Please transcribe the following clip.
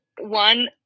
one